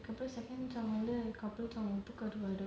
அப்புறம்:appuram second song couple song உப்பு கருவாடு:uupu karuvaadu